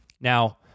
Now